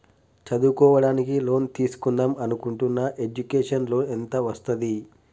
చదువుకోవడానికి లోన్ తీస్కుందాం అనుకుంటున్నా ఎడ్యుకేషన్ లోన్ ఎంత వస్తది?